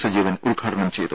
സജീവൻ ഉദ്ഘാടനം ചെയ്തു